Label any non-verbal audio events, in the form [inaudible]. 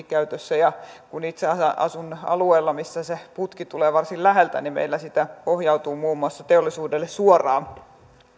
[unintelligible] käytössä ja kun itse asun alueella missä se putki tulee varsin läheltä niin meillä sitä pohjautuu muun muassa teollisuudelle suoraan